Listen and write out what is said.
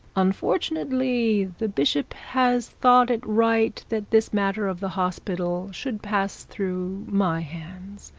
unfortunately the bishop has thought it right that this matter of the hospital should pass through my hands.